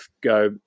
go